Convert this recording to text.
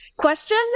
question